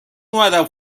اومدم